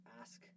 ask